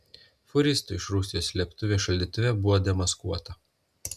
fūristo iš rusijos slėptuvė šaldytuve buvo demaskuota